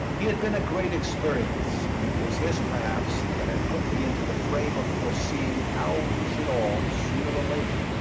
he had been a great experience, and it was this perhaps that had put me into the frame of foreseeing how we should all, sooner or later,